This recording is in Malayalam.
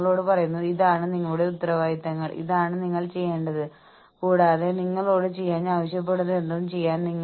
നിങ്ങൾ കൂടുതൽ ചിന്തിക്കണമെന്ന് ഞാൻ ആഗ്രഹിക്കുന്നു കൂടാതെ ഞാൻ നിങ്ങൾക്ക് കുറച്ച് വിവരങ്ങൾ നൽകിയിട്ടുണ്ട്